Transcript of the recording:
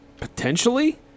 Potentially